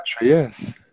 yes